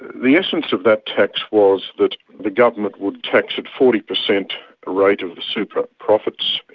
the essence of that tax was that the government would tax at forty per cent rate of the super profits.